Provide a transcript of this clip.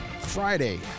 Friday